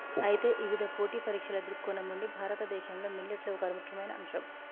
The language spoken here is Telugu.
అయితే ఇవిధ పోటీ పరీక్షల దృక్కోణం నుండి భారతదేశంలో మిల్లెట్లు ఒక ముఖ్యమైన అంశం